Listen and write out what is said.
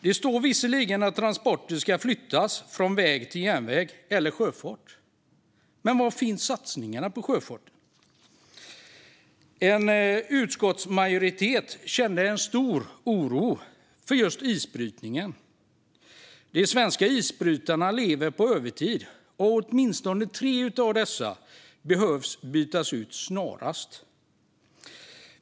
Det står visserligen att transporter ska flyttas från väg till järnväg eller sjöfart. Men var finns satsningarna på sjöfarten? En utskottsmajoritet kände stor oro för isbrytningen. De svenska isbrytarna lever på övertid, och åtminstone tre av dem behöver bytas ut snarast.